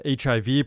HIV